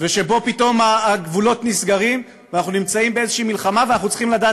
ופתאום הגבולות נסגרים ואנחנו נמצאים באיזו מלחמה ואנחנו צריכים לדעת